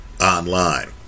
online